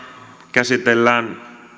käsitellään